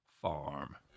farm